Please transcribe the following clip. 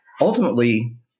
Ultimately